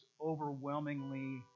overwhelmingly